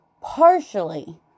partially